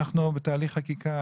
אנחנו בתהליך חקיקה.